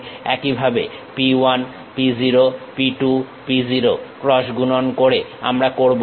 একইভাবে P 1 P 0 P 2 P 0 cross গুণন গুলো আমরা করবো